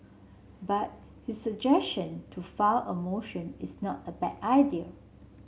but his suggestion to file a motion is not a bad idea